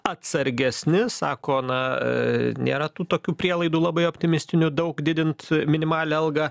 atsargesni sako na nėra tų tokių prielaidų labai optimistinių daug didint minimalią algą